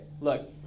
Look